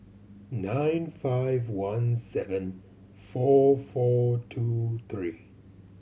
nine five one seven four four two three